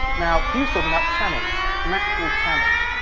now, he was talking about channels, natural channels.